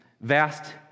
vast